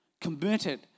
committed